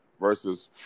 versus